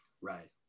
Right